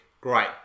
Great